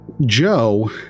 Joe